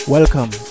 Welcome